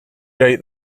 right